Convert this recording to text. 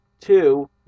two